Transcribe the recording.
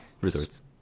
Resorts